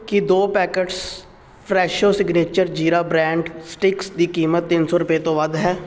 ਕੀ ਦੋ packets Fresho Signature jeera brand sticks ਦੀ ਕੀਮਤ ਤਿੰਨ ਸੌ ਰੁਪਏ ਤੋਂ ਵੱਧ ਹੈ